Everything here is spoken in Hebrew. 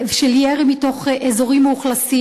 ירי על אזרחי ישראל מתוך אזורים מאוכלסים,